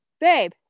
Babe